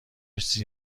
چیزی